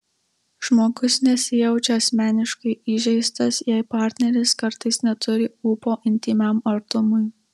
žmogus nesijaučia asmeniškai įžeistas jei partneris kartais neturi ūpo intymiam artumui